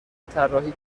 طراحی